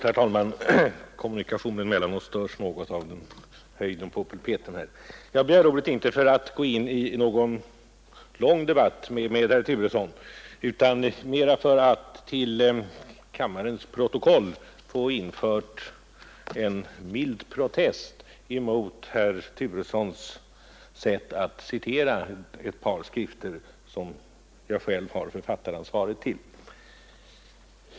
Herr talman! Jag begärde ordet inte för att gå in i någon lång debatt med herr Turesson utan mera för att i kammarens protokoll få införd en mild protest mot herr Turessons sätt att citera ett par skrifter som jag själv har författaransvaret för.